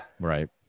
Right